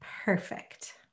Perfect